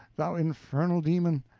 thou infernal demon!